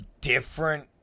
different